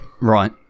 Right